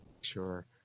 sure